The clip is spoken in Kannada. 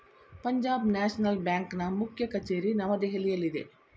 ಪಂಜಾಬ್ ನ್ಯಾಷನಲ್ ಬ್ಯಾಂಕ್ನ ಮುಖ್ಯ ಕಚೇರಿ ನವದೆಹಲಿಯಲ್ಲಿದೆ